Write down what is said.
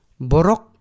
borok